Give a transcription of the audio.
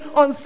on